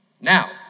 Now